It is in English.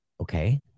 okay